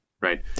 Right